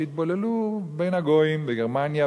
שהתבוללו בין הגויים בגרמניה,